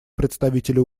представителя